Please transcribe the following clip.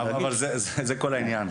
זה כל העניין.